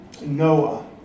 Noah